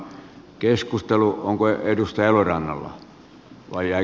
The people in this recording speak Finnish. keskustelu on kyseenalaista